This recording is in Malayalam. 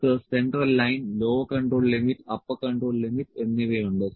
നമുക്ക് central line lower control limit upper control limit എന്നിവയുണ്ട്